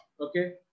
Okay